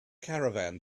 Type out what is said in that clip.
caravan